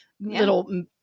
little